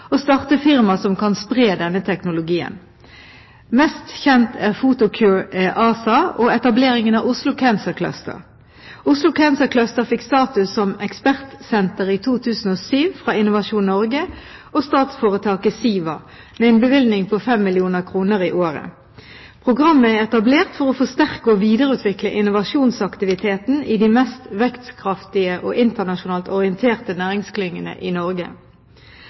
starte firmaer som kan spre denne teknologien. Mest kjent er Photocure ASA og etableringen av Oslo Cancer Cluster. Oslo Cancer Cluster fikk status som ekspertsenter i 2007 fra Innovasjon Norge og statsforetaket SIVA, med en bevilgning på 5 mill. kr i året. Programmet er etablert for å forsterke og videreutvikle innovasjonsaktiviteten i de mest vekstkraftige og internasjonalt orienterte næringsklyngene i Norge.